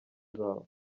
zabo